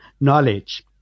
knowledge